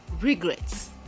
regrets